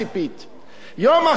יום אחר היה במועצה,